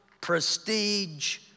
prestige